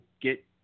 get